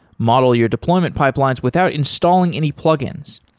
model your deployment pipelines without installing any plugins.